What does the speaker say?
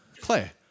clay